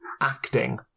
acting